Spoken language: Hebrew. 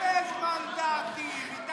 אפס מנדטים.